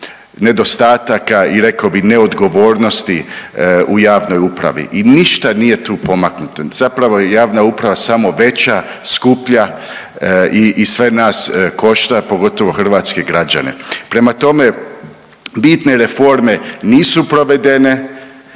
nedostataka i rekao bih, neodgovornosti u javnoj upravi i ništa nije tu pomaknuto. Zapravo je javna uprava samo veća, skuplja i sve nas košta, pogotovo hrvatske građane. Prema tome, bitne reforme nisu provedene,